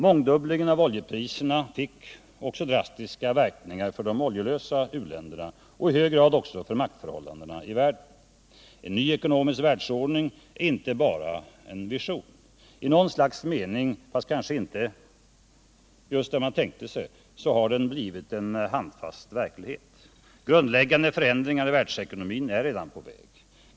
Mångdubblingen av oljepriserna fick också drastiska verkningar för de oljelösa u-länderna och i hög grad också för maktförhållandena i världen. ”En ny ekonomisk världsordning” är inte bara en vision. I något slags mening, fast kanske inte just där man tänkte sig, har den blivit en handfast verklighet. Grundläggande förändringar i världsekonomin är redan på väg.